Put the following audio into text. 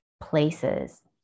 places